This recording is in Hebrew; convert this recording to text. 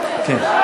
כן.